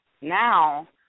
Now